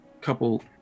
couple